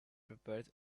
prepared